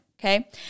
Okay